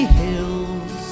hills